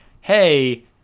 hey